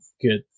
good